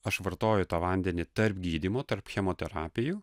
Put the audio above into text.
aš vartoju tą vandenį tarp gydymo tarp chemoterapijų